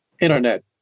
internet